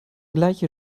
gleiche